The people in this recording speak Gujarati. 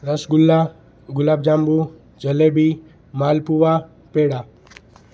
રસ ગુલ્લા ગુલાબ જાંબુ જલેબી માલ પુવા પેંડા